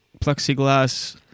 plexiglass